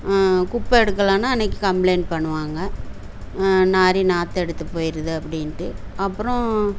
குப்பை எடுக்கலனால் அன்றைக்கி கம்ப்ளைண்ட் பண்ணுவாங்க நாறி நாற்றம் எடுத்து போய்டுது அப்படின்ட்டு அப்றம்